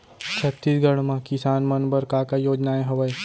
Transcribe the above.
छत्तीसगढ़ म किसान मन बर का का योजनाएं हवय?